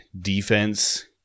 defense